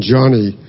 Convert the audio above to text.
Johnny